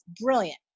brilliant